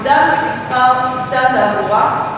יוגדל מספר שופטי התעבורה,